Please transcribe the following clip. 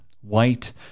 White